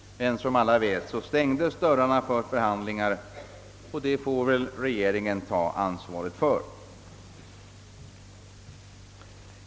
Men som alla vet stängdes dörrarna för förhandlingar, och det får regeringen ta ansvaret för.